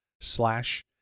slash